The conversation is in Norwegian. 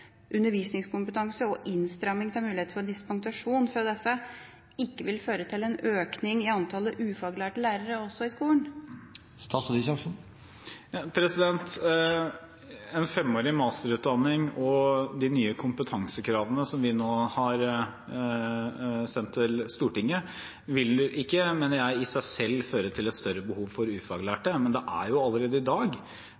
en økning i antall ufaglærte lærere også i skolen. En femårig masterutdanning og de nye kompetansekravene som vi nå har sendt til Stortinget, vil ikke, mener jeg, i seg selv føre til et større behov for ufaglærte, men det er jo allerede i dag